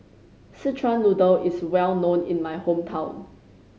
Szechuan Noodle is well known in my hometown